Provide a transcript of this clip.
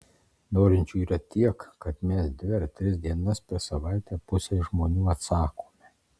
norinčių yra tiek kad mes dvi ar tris dienas per savaitę pusei žmonių atsakome